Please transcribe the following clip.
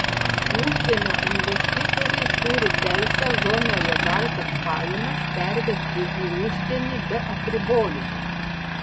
užsienio investitoriai turi teisę zonoje gautas pajamas pervesti į užsienį be apribojimų